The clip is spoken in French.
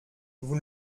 vous